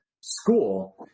school